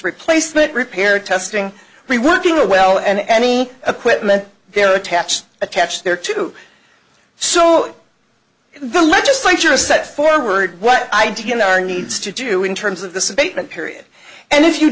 replacement repair testing reworking a well and any equipment they are attached attached there too so the legislature is set forward what i do you know are needs to do in terms of this abatement period and if you